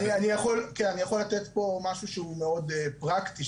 אני יכול לתת פה משהו שהוא מאוד פרקטי,